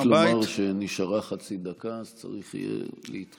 רק לומר שנשארה חצי דקה, אז צריך יהיה להתכנס.